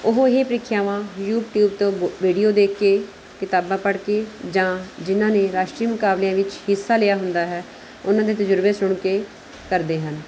ਉਹ ਇਹ ਪ੍ਰੀਖਿਆਵਾਂ ਯੂਟੀਊਬ ਤੋਂ ਵ ਵੀਡੀਓ ਦੇਖ ਕੇ ਕਿਤਾਬਾਂ ਪੜ੍ਹ ਕੇ ਜਾਂ ਜਿਨ੍ਹਾਂ ਨੇ ਰਾਸ਼ਟਰੀ ਮੁਕਾਬਲਿਆਂ ਵਿੱਚ ਹਿੱਸਾ ਲਿਆ ਹੁੰਦਾ ਹੈ ਉਹਨਾਂ ਦੇ ਤਜ਼ਰਬੇ ਸੁਣ ਕੇ ਕਰਦੇ ਹਨ